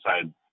inside